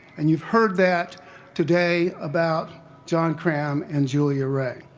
and you've heard that today about john cram and julia ray.